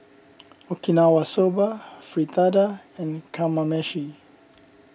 Okinawa Soba Fritada and Kamameshi